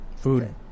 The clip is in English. Food